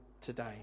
today